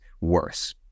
worse